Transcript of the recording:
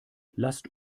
lasst